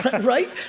right